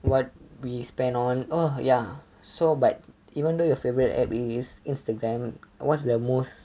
what we spend on oh ya so but even though your favourite app is instagram what's the most